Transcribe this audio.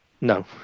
No